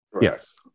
Yes